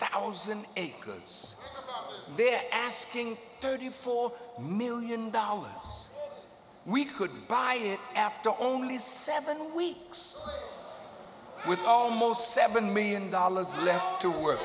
thousand acres they're asking thirty four million dollars we could buy it after only seven weeks with almost seven million dollars left to work